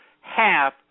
half